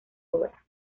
obra